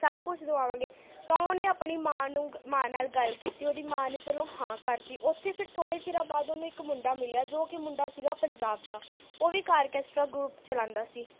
ਸਭ ਕੁਛ ਦਵਾਵਾਂਗੇ ਤਾਂ ਓਹਨੇ ਆਪਣੀ ਮਾਂ ਨੂੰ ਮਾਂ ਨਾਲ ਗੱਲ ਕੀਤੀ ਓਹਦੀ ਮਾਂ ਨੇ ਚਲੋ ਹਾਂ ਕਰ ਤੀ ਉੱਥੇ ਫਿਰ ਥੋੜ੍ਹੇ ਚਿਰਾਂ ਬਾਅਦ ਓਹਨੂੰ ਇੱਕ ਮੁੰਡਾ ਮਿਲਿਆ ਜੋ ਕਿ ਮੁੰਡਾ ਸੀਗਾ ਪੰਜਾਬ ਦਾ ਓਹ ਵੀ ਇੱਕ ਆਰਕੈਸਟਰਾ ਗਰੁੱਪ ਚਲਾਉਂਦਾ ਸੀ